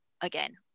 again